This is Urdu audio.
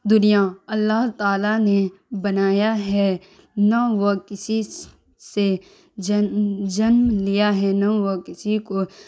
دنیا اللہ تعالیٰ نے بنایا ہے نہ وہ کسی سے جنم لیا ہے نہ وہ کسی کو